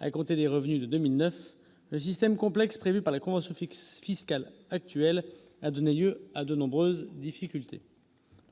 à compter des revenus de 2009 système complexe prévu par la convention fixe fiscal actuel a donné lieu à de nombreuses difficultés.